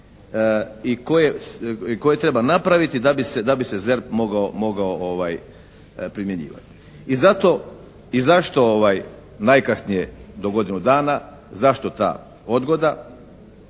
i koje treba napraviti da bi se ZERP mogao primjenjivati. I zato, i zašto najkasnije do godinu dana? Zašto ta odgoda?